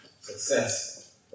Success